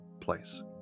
place